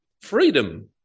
freedom